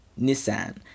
Nissan